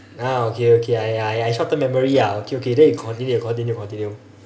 ah okay okay !aiya! I short term memory ah okay okay then you continue continue continue